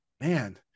man